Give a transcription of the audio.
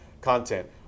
content